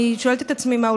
אני שואלת את עצמי: מה,